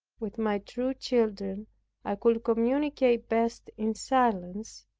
with my true children i could communicate best in silence,